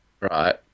Right